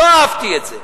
לא אהבתי את זה.